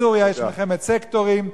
בסוריה יש מלחמת סקטורים,